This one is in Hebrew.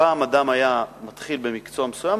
פעם אדם היה מתחיל במקצוע מסוים,